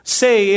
say